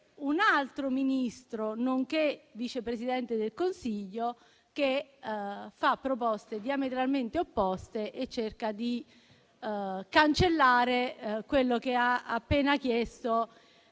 un altro Ministro, nonché vice Presidente del Consiglio, che fa proposte diametralmente opposte e cerca di cancellare quello che ha appena chiesto